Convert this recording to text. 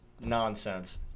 nonsense